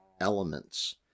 elements